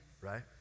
right